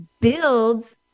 builds